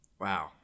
Wow